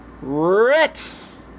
Ritz